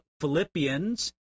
Philippians